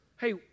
hey